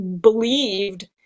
believed